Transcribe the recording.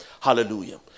Hallelujah